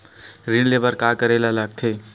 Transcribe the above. ऋण ले बर का करे ला लगथे?